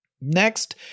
Next